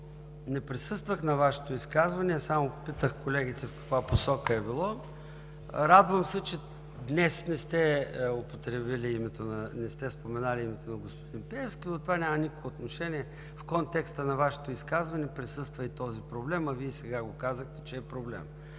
не присъствах на Вашето изказване, а само попитах колегите в каква посока е бил, се радвам, че днес не сте споменали името на господин Пеевски, но това няма никакво отношение. В контекста на Вашето изказване присъства и този проблем, а Вие сега го казахте, че е проблем.